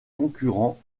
concurrents